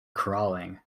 crawling